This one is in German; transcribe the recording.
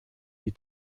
die